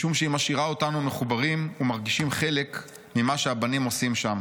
משום שהיא משאירה אותנו מחוברים ומרגישים חלק ממה שהבנים עושים שם.